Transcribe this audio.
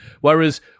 Whereas